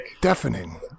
deafening